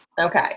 Okay